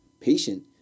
Patient